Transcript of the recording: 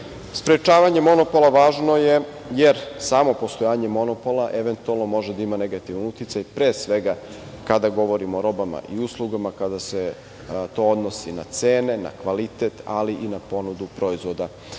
Sprečavanje monopola važno je jer samo postojanje monopola, eventualno, može da ima negativan uticaj, pre svega kada govorimo o robama i uslugama, kada se to odnosi na cene, na kvalitet, ali i na ponudu proizvoda